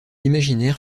imaginaire